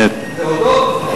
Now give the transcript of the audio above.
להודות.